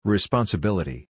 Responsibility